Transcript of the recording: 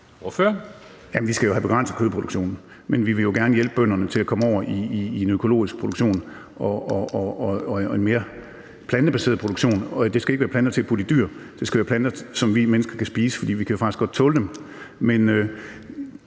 vi skal have begrænset kødproduktionen, men vi vil jo gerne hjælpe bønderne til at komme over i en økologisk produktion og en mere plantebaseret produktion. Det skal ikke være planter til at putte i dyr. Det skal være planter, som vi mennesker kan spise, for vi kan jo faktisk godt tåle dem.